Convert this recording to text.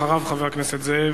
אחריו, חבר הכנסת זאב,